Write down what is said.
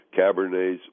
cabernets